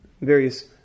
various